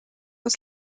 aus